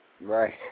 Right